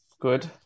Good